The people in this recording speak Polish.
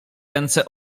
ręce